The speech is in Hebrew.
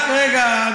רק רגע.